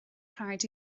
rhaid